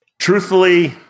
Truthfully